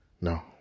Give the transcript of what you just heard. no